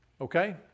Okay